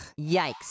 Yikes